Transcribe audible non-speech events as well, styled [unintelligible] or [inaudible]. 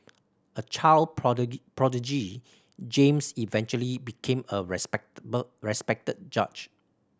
a child [unintelligible] prodigy James eventually became a [unintelligible] respected judge